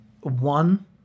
One